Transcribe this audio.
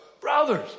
Brothers